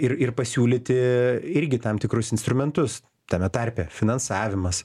ir ir pasiūlyti irgi tam tikrus instrumentus tame tarpe finansavimas